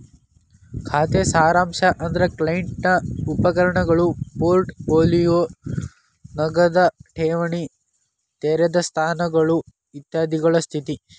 ಖಾತೆ ಸಾರಾಂಶ ಅಂದ್ರ ಕ್ಲೈಂಟ್ ನ ಉಪಕರಣಗಳು ಪೋರ್ಟ್ ಪೋಲಿಯೋ ನಗದ ಠೇವಣಿ ತೆರೆದ ಸ್ಥಾನಗಳು ಇತ್ಯಾದಿಗಳ ಸ್ಥಿತಿ